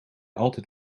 altijd